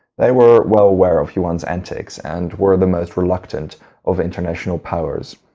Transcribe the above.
they were well aware of yuan's antics and were the most reluctant of international powers.